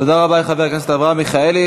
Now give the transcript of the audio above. תודה רבה לחבר הכנסת אברהם מיכאלי.